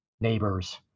neighbors